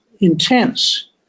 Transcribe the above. intense